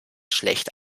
schlecht